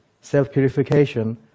self-purification